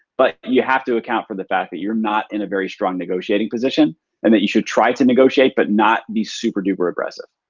but you have to account for the fact that you're not in a very strong negotiating position and that you should try to negotiate but not be super duper aggressive.